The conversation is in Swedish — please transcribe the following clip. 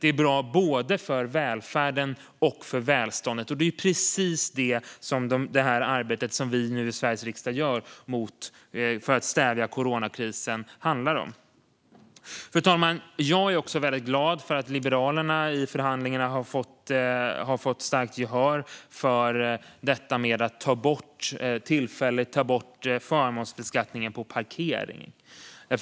Det är bra både för välfärden och för välståndet, och det är precis det som arbetet vi i Sveriges riksdag nu gör för att stävja coronakrisen handlar om. Fru talman! Jag är också väldigt glad för att Liberalerna i förhandlingarna har fått starkt gehör för detta med att tillfälligt ta bort förmånsbeskattningen på parkering.